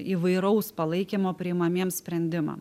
įvairaus palaikymo priimamiems sprendimam